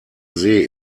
see